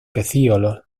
pecíolos